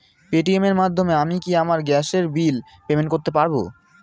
Paytm এর মাধ্যমে আমি কি আমার গ্যাসের বিল পেমেন্ট করতে পারব?